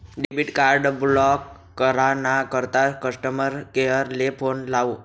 debit card block करा ना करता कस्टमर केअर ले फोन लावो